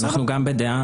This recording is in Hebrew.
אנחנו גם בדעה,